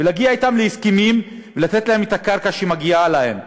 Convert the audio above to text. ולהגיע אתם להסכמים ולתת להם את הקרקע שמגיעה להם.